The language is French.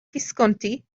visconti